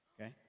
okay